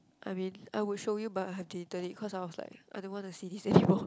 I mean I will show you but I have deleted it cause I was like I don't wanna see this anymore